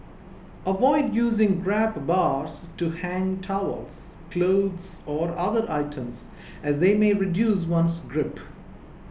avoid using grab bars to hang towels clothes or other items as they may reduce one's grip